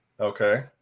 Okay